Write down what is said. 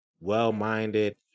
well-minded